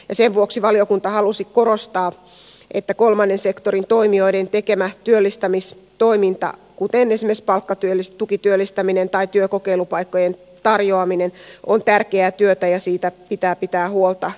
sen vuoksi valiokunta halusi korostaa että kolmannen sektorin toimijoiden tekemä työllistämistoiminta kuten esimerkiksi palkkatukityöllistäminen tai työkokeilupaikkojen tarjoaminen on tärkeää työtä ja siitä pitää pitää huolta jatkossakin